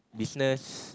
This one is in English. business